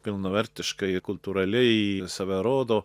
pilnavertiškai kultūraliai save rodo